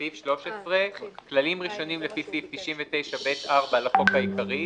"כללים ראשונים 13. כללים ראשונים לפי סעיף 99(ב)(4) לחוק העיקרי,